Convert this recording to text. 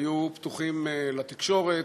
היו פתוחים לתקשורת,